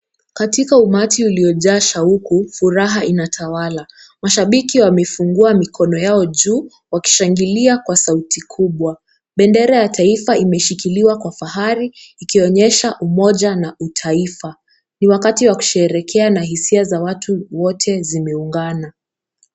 Katika umati uliojaa shauku, furaha inatawala . Mashabiki wa wamefungua mkono yao juu, wakishangilia kwa sauti kubwa. Bendera ya taifa imeshikiliwa kwa fahari, ikionyesha umoja na utaifa. Ni wakati wa kusherehekea na hisia za watu wote zimeungana.